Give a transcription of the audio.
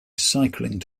cycling